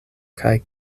kaj